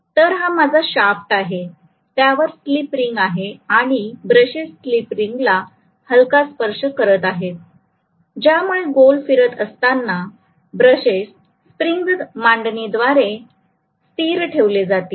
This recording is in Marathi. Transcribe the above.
तर हा माझा शाफ्ट आहेत्यावर स्लिप रिंग आहे आणि ब्रशेस स्लिप रिंगला हलका स्पर्श करत आहेत ज्यामुळे गोल फिरत असताना ब्रशेस स्प्रिंग मांडणीद्वारे स्थिर ठेवले जातील